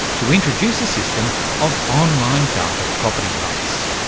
to introduce a system of online data property rights.